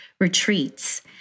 retreats